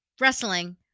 wrestling